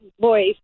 voice